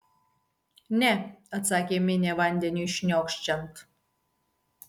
ne atsakė minė vandeniui šniokščiant